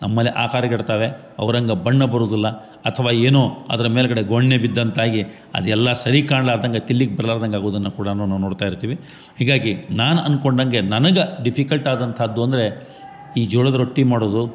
ನಮ್ಮ ಮನೆ ಆಕಾರ ಕೆಡ್ತಾವೆ ಅವ್ರಂಗೆ ಬಣ್ಣ ಬರುದಿಲ್ಲ ಅಥವಾ ಏನೋ ಅದರ ಮ್ಯಾಲ್ಗಡೆ ಗೊಣ್ಣೆ ಬಿದ್ದಂತಾಗಿ ಅದೆಲ್ಲಾ ಸರಿ ಕಾಣ್ಲಾರ್ದಂಗ ತಿಲಿಗ ಬರ್ಲಾರ್ದಂಗ ಆಗುದನ್ನ ಕೂಡ ನಾವು ನೋಡ್ತಾ ಇರ್ತೀವಿ ಹೀಗಾಗಿ ನಾನು ಅನ್ಕೊಂಡಂಗೆ ನನಗೆ ಡಿಫಿಕಲ್ಟ್ ಆದಂಥದ್ದು ಅಂದರೆ ಈ ಜೋಳದ ರೊಟ್ಟಿ ಮಾಡೋದು